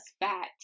fat